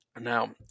Now